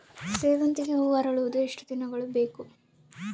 ಸೇವಂತಿಗೆ ಹೂವು ಅರಳುವುದು ಎಷ್ಟು ದಿನಗಳು ಬೇಕು?